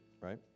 right